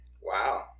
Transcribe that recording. Wow